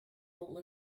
all